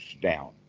down